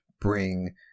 bring